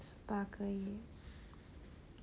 十八个月